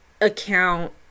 account